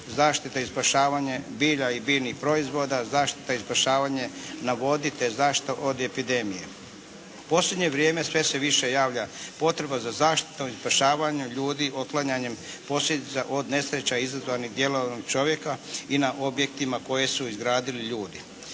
zaštita i spašavanje bilja i biljnih proizvoda, zaštita i spašavanje na vodi, te zaštita od epidemije. U posljednje vrijeme sve se više javlja potreba za zaštitom i spašavanjem ljudi, otklanjanjem posljedica od nesreća izazvanim djelovanjem čovjeka i na objektima koje su izgradili ljudi.